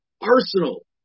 arsenal